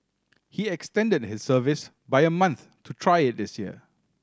he extended his service by a month to try it this year